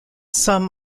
some